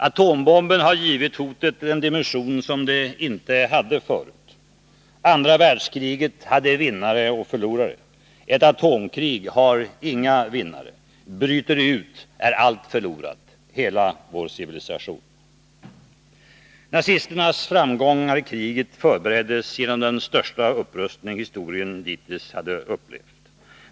Atombomben har givit hotet en dimension som det inte hade förut. Andra världskriget hade vinnare och förlorare. Ett atomkrig har inga vinnare. Bryter det ut är allt förlorat. Hela vår civilisation. Nazismens framgångar i kriget förbereddes genom den största upprustning historien dittills hade upplevt.